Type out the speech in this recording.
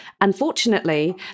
unfortunately